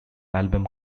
album